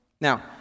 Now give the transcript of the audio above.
Now